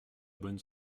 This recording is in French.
bonne